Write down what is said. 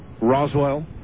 Roswell